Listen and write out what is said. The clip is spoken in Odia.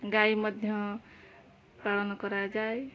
ଗାଈ ମଧ୍ୟ ପାଳନ କରାଯାଏ